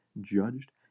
judged